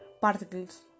particles